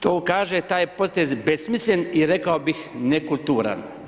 To kaže taj je potez besmislen i rekao bih nekulturan.